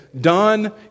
done